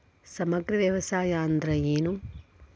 ಸಮಗ್ರ ವ್ಯವಸಾಯ ಅಂದ್ರ ಏನು?